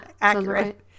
Accurate